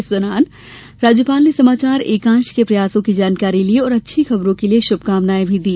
इस दौरान राज्यपाल ने समाचार एकांश के प्रयासों की जानकारी ली और अच्छी खबरों के लिए शुभकामनाएं भी दी